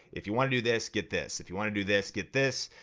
if you wanna do this, get this, if you wanna do this, get this.